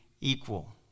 equal